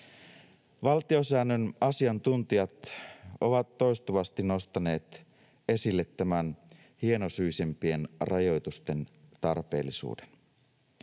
Valtiosäännön asiantuntijat ovat toistuvasti nostaneet esille tämän hienosyisempien rajoitusten tarpeellisuuden.